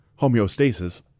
homeostasis